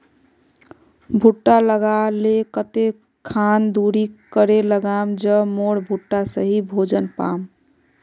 भुट्टा लगा ले कते खान दूरी करे लगाम ज मोर भुट्टा सही भोजन पाम?